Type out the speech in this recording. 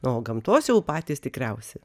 o gamtos jau patys tikriausi